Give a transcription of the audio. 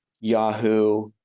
yahoo